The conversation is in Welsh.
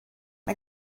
mae